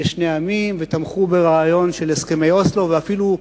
לשני עמים ותמכו ברעיון של הסכמי אוסלו, ואפילו,